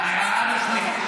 מה זה,